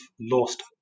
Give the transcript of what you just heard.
lost